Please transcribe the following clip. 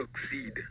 succeed